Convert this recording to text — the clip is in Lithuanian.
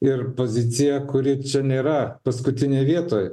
ir poziciją kuri čia nėra paskutinėj vietoj